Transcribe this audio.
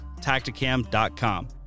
tacticam.com